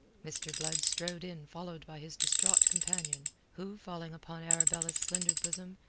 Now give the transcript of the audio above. mr. blood strode in followed by his distraught companion, who, falling upon arabella's slender bosom,